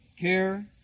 care